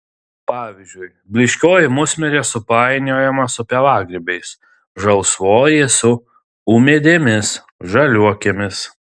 pavyzdžiui blyškioji musmirė supainiojama su pievagrybiais žalsvoji su ūmėdėmis žaliuokėmis